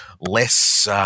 less